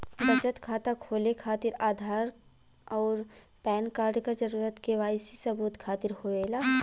बचत खाता खोले खातिर आधार और पैनकार्ड क जरूरत के वाइ सी सबूत खातिर होवेला